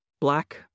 black